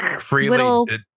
freely